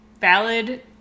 valid